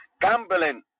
gambling